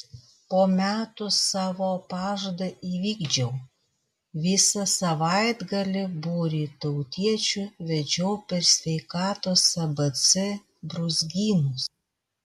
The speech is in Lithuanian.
po metų savo pažadą įvykdžiau visą savaitgalį būrį tautiečių vedžiau per sveikatos abc brūzgynus